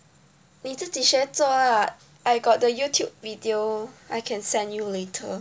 你自己学做 lah I got the Youtube video I can send you later